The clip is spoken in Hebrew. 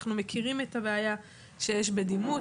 אנחנו מכירים את הבעיה שיש בדימות,